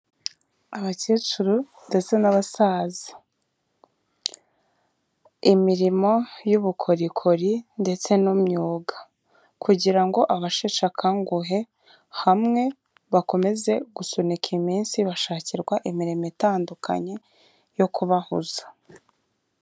Abakecuru ndetse n'abasaza. Imirimo y'ubukorikori ndetse n'imyuga kugira ngo abasheshe akanguhe hamwe bakomeze gusunika iminsi bashakirwa imirimo itandukanye yo kubahuza.